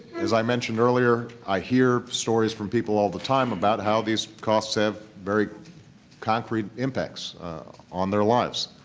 as i mentioned earlier, i hear stories from people all the time about how these costs have very concrete impacts on their lives.